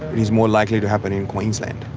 it's more likely to happen in queensland.